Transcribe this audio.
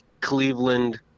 Cleveland